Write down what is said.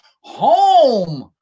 Home